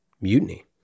Mutiny